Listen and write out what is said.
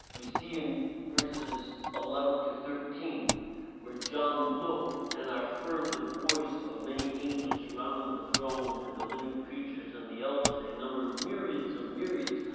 we see in verse eleven through thirteen where john looked and i heard the voice of many angels surrounding the throne and the living creatures and the elders. they numbered myriads of myriads,